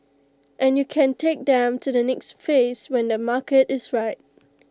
and you can take them to the next phase when the market is right